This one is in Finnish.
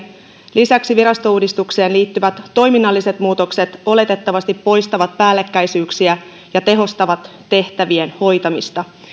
lisäksi virastouudistukseen liittyvät toiminnalliset muutokset oletettavasti poistavat päällekkäisyyksiä ja tehostavat tehtävien hoitamista